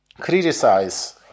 criticize